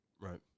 right